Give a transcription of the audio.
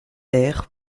air